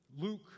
Luke